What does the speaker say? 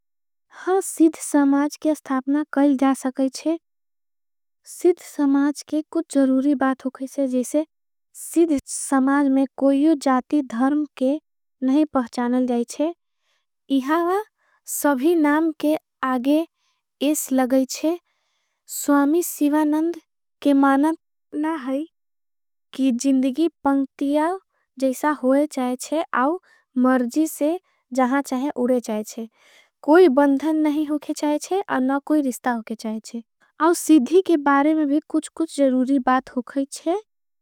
हाँ सिद्ध समाज के स्थापना कैल जा सकेछे सिद्ध समाज के। कुछ जरूरी बातों के से जीसे सिद्ध समाज में कोई जाती। धर्म के नहीं पहचानल जाईछे इहाँ सभी नाम के आगे एस। लगेछे स्वामी सिवाननद के मानद ना है कि जिन्दगी पंक्तिया। जैसा होई चाहेचे आँ मरजी से जहां चाहे उड़े चाहेचे कोई। बंधन नहीं होके चाहेचे और ना कोई रिस्ता होके चाहेचे। आँ सिद्धी के बारे में भी कुछ कुछ जरूरी बात होकाईचे।